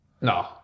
no